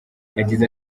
yagize